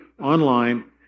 online